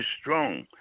strong